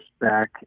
back